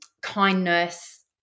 kindness